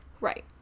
right